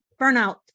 Burnout